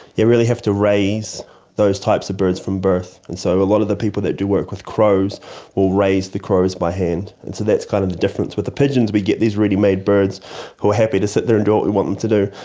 you really have to raise those types of birds from birth, and so a lot of the people that do work with crows will raise the crows by hand. and so that's kind of the difference with the pigeons, we get these ready-made birds who are happy to sit there and do what we want them to do.